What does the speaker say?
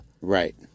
Right